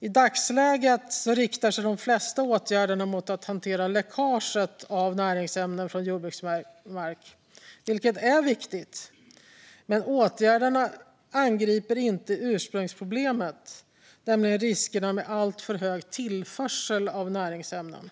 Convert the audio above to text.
I dagsläget riktar sig de flesta åtgärder mot att hantera läckaget av näringsämnen från jordbruksmark, vilket är viktigt. Men åtgärderna angriper inte ursprungsproblemet, nämligen riskerna med alltför hög tillförsel av näringsämnen.